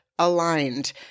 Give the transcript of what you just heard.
aligned